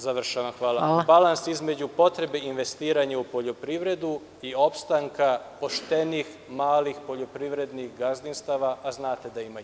Završavam, hvala. …potrebe investiranja u poljoprivredu i opstanka poštenih malih poljoprivrednih gazdinstava, a znate da ima i takvih.